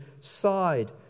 side